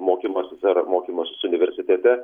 mokymasis ar mokymasis universitete